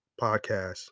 podcast